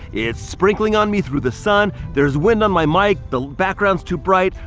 it's sprinkling on me through the sun. there's wind on my mic, the background's too bright.